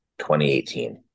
2018